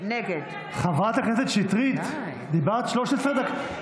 נגד חברת הכנסת שטרית, דיברת 13 דקות.